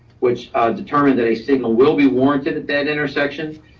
which determined that a signal will be warranted at that intersection.